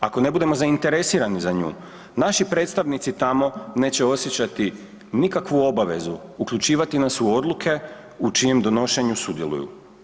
Ako ne budemo zainteresirani za nju, naši predstavnici tamo neće osjećati nikakvu obavezu uključivati nas u odluke u čijem donošenju sudjeluju.